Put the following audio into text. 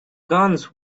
guns